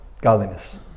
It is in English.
godliness